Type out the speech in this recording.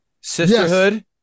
sisterhood